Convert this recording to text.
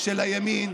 של הימין